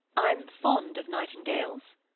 i'm fond of nightingales.